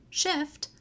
shift